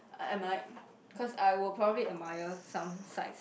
I I might because I will probably admire some sights